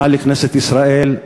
מכנסת ישראל,